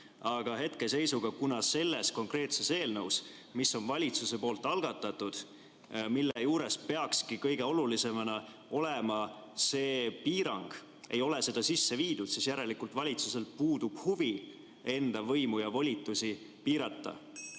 Aga hetkel, kuna selles konkreetses eelnõus, mis on valitsuse poolt algatatud ja milles peakski kõige olulisemana olema see piirang, ei ole seda sisse viidud, siis järelikult valitsusel puudub huvi enda võimu ja volitusi piirata.